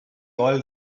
all